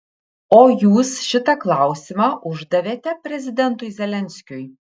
o jūs šitą klausimą uždavėte prezidentui zelenskiui